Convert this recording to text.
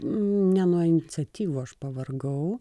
ne nuo iniciatyvų aš pavargau